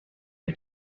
les